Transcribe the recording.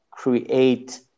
create